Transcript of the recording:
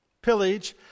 Pillage